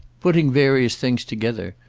putting various things together,